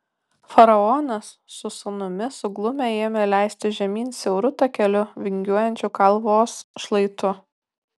faraonas su sūnumi suglumę ėmė leistis žemyn siauru takeliu vingiuojančiu kalvos šlaitu